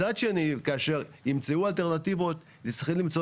מצד שני כשימצאו אלטרנטיבות יצטרכו למצוא